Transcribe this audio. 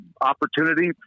opportunity